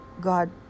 God